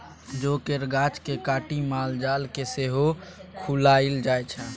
जौ केर गाछ केँ काटि माल जाल केँ सेहो खुआएल जाइ छै